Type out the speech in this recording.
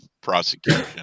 prosecution